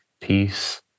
peace